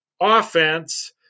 offense